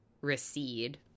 recede